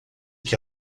que